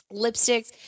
lipsticks